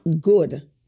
good